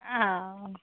অঁ